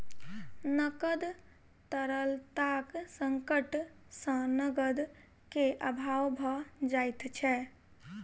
नकद तरलताक संकट सॅ नकद के अभाव भ जाइत छै